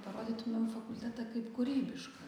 parodytumėm fakultetą kaip kūrybišką